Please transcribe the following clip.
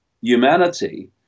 humanity